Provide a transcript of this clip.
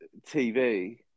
TV